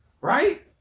Right